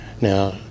now